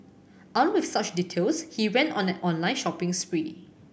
armed with such details he went on an online shopping spree